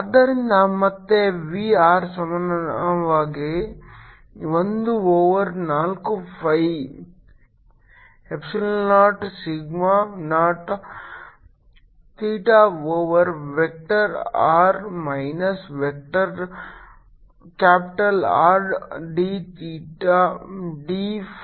ಆದ್ದರಿಂದ ಮತ್ತೆ V r ಸಮಾನವಾಗಿ ಒಂದು ಓವರ್ ನಾಲ್ಕು pi epsilon naught sigma naught theta over vector r minus vector capital R d theta d phi